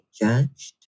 judged